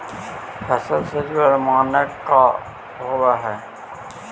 फसल से जुड़ल मानक का का होव हइ?